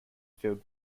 field